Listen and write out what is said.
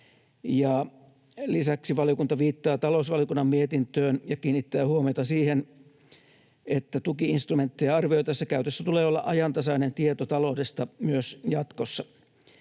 Lisäksi valiokunta viittaa talousvaliokunnan mietintöön ja kiinnittää huomiota siihen, että tuki-instrumentteja arvioitaessa käytössä tulee olla ajantasainen tieto taloudesta myös jatkossa.